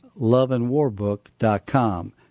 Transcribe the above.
loveandwarbook.com